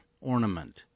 ornament